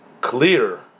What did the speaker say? clear